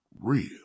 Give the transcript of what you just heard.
real